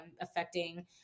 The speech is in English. affecting